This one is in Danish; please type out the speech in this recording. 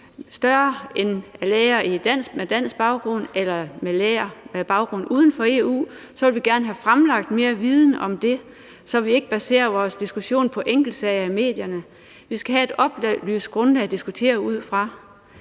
til læger med dansk baggrund eller i forhold til læger med baggrund uden for EU, vil vi gerne have fremlagt mere viden om det, så vi ikke baserer vores diskussion på enkeltsager fra medierne. Vi skal have et oplyst grundlag at diskutere ud fra.